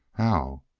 how?